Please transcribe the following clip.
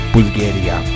Bulgaria